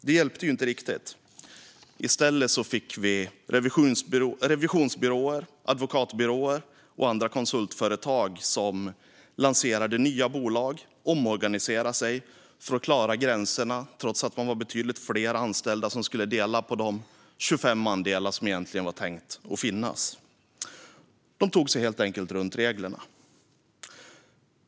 Det hjälpte dock inte riktigt; i stället fick det flera stora revisionsbyråer, advokatbyråer och andra konsultföretag att lansera nya bolag och omorganisera sig för att klara gränserna, trots att man var betydligt fler anställda som skulle dela på de 25 andelar som egentligen var tänkta att finnas. De tog sig helt enkelt runt reglerna.